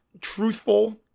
truthful